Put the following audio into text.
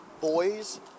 boys